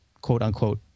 quote-unquote